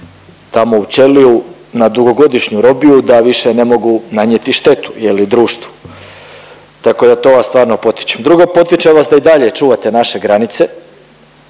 tamo u ćeliju na dugogodišnju robiju da više ne mogu nanijeti štetu društvu. Tako da to vas stvarno potičem. Drugo, potičem vas da i dalje čuvate naše granice,